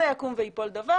לא על זה יקום וייפול דבר.